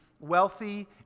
wealthy